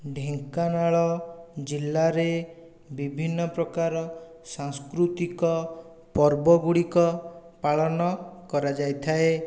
ଢେଙ୍କାନାଳ ଜିଲ୍ଲାରେ ବିଭିନ୍ନ ପ୍ରକାର ସାଂସ୍କୃତିକ ପର୍ବଗୁଡ଼ିକ ପାଳନ କରାଯାଇଥାଏ